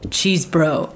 Cheesebro